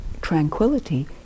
tranquility